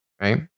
Right